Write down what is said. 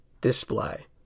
display